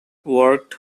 worked